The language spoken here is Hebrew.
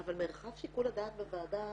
אבל מרחב שיקול הדעת בוועדה